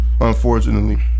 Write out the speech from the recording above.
unfortunately